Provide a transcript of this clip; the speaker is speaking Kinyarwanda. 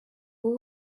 boo